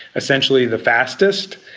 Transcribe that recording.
essentially the fastest,